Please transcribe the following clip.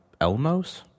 Elmos